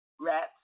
rats